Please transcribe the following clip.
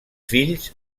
fills